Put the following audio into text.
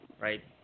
Right